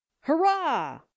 Hurrah